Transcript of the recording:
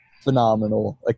Phenomenal